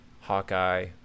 Hawkeye